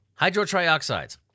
Hydrotrioxides